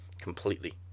completely